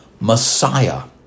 Messiah